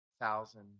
thousand